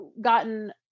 gotten